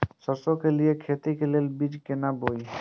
सरसों के लिए खेती के लेल बीज केना बोई?